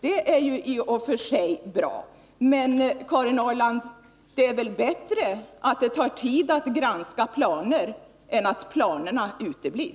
Det är i och för sig bra, men det är väl bättre att det tar tid att granska planer än att planerna uteblir.